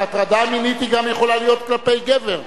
ההטרדה המינית היא גם יכולה להיות כלפי גבר.